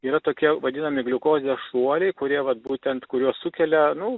yra tokie vadinami gliukozės šuoliai kurie vat būtent kuriuos sukelia nu